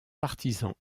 partisan